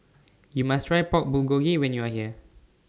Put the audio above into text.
YOU must Try Pork Bulgogi when YOU Are here